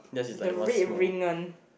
the red ring on